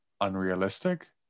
unrealistic